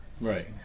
Right